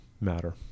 matter